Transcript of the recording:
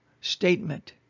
statement